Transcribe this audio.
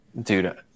dude